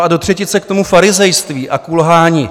A do třetice k tomu farizejství a kulhání.